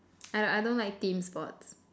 I I don't don't like team sports